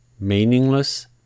meaningless